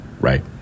right